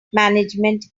management